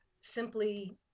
simply